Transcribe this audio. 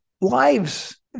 lives